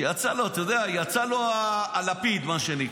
שיצא לו, אתה יודע, יצא לו הלפיד, מה שנקרא.